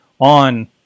on